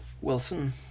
Wilson